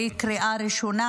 לקריאה ראשונה,